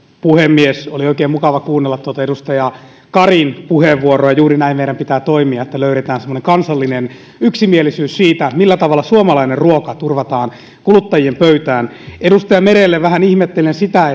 puhemies oli oikein mukava kuunnella tuota edustaja karin puheenvuoroa juuri näin meidän pitää toimia että löydetään semmoinen kansallinen yksimielisyys siitä millä tavalla suomalainen ruoka turvataan kuluttajien pöytään edustaja merelle vähän ihmettelen sitä